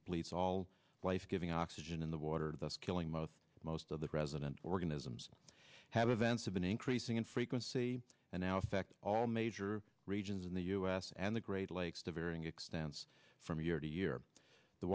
depletes all life giving oxygen in the water thus killing most most of the president organisms have events have been increasing in frequency and now fact all major regions in the us and the great lakes to varying extents from year to year the